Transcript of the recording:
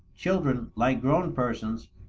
children, like grown persons,